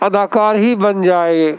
اداکار ہی بن جائے